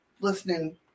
listening